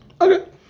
Okay